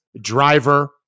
driver